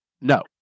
No